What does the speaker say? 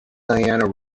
diana